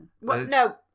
No